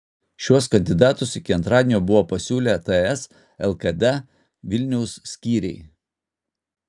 šiuos kandidatus iki antradienio buvo pasiūlę ts lkd vilniaus skyriai